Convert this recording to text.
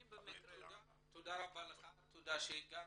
תודה רבה לך, תודה שהגעת,